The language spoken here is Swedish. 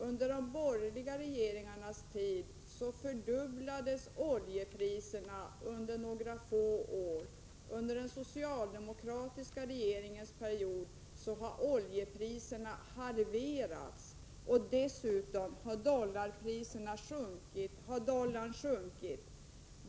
Under de borgerliga regeringarnas tid fördubblades oljepriserna under några få år, medan oljepriserna under den socialdemokratiska regeringsperioden halverats. Dessutom har dollarkursen under denna tid sjunkit.